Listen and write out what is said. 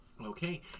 Okay